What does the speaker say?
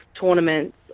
tournaments